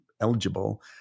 eligible